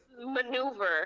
maneuver